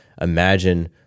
imagine